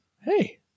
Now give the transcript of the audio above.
Hey